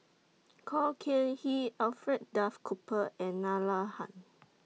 Khor Can Ghee Alfred Duff Cooper and Nalla Tan